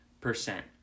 percent